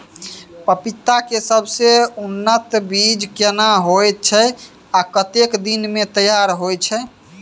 पपीता के सबसे उन्नत बीज केना होयत छै, आ कतेक दिन में तैयार होयत छै?